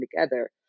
together